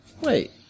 wait